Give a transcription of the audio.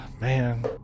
man